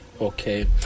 Okay